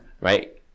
right